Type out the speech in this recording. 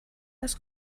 als